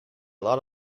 lot